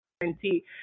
guarantee